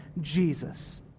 Jesus